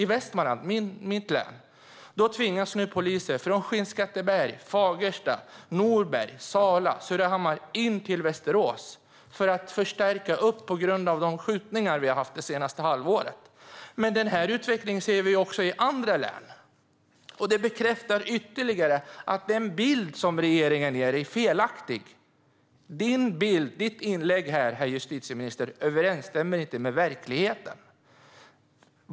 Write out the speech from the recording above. I Västmanland, mitt hemlän, tvingas poliser från Skinnskatteberg, Fagersta, Norberg, Sala och Surahammar in till Västerås för att förstärka verksamheten på grund av skjutningarna de senaste halvåret. Men den utvecklingen ser vi också i andra län. Det bekräftar ytterligare att den bild regeringen ger är felaktig. Herr justitieministerns inlägg överensstämmer inte med verkligheten.